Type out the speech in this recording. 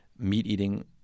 meat-eating